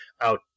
out